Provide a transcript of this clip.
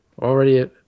already